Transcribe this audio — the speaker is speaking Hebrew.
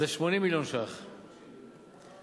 זה 80 מיליון שקלים לשנה,